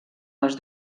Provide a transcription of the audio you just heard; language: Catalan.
les